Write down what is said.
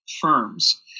firms